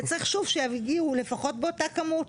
וצריך שהם יגיעו לפחות באותה כמות.